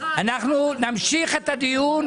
אנחנו נמשיך את הדיון,